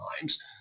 times